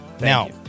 Now